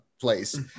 place